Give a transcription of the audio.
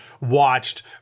watched